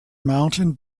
mountain